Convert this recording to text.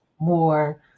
more